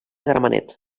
gramenet